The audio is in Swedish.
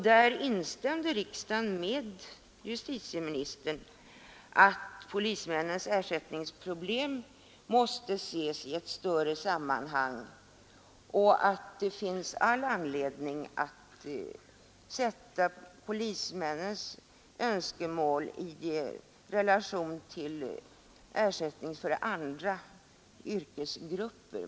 Där instämde riksdagen med justitieministern i att polismännens ersättningsproblem måste ses i ett större sammanhang och att det finns all anledning att sätta polismäns önskemål i relation till den ersättning som utgår till andra yrkesgrupper.